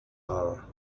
are